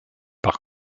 par